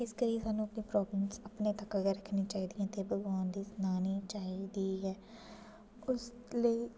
इस करी स्हान्नूं अपनी प्राॅब्लम अपने तक गै रक्खनी चाहिदी ते भगोआन गी सनाना चाहिदी इस लेई